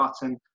button